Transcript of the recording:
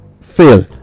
fail